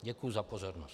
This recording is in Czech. Děkuji za pozornost.